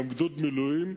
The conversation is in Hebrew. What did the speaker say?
גם גדוד מילואים.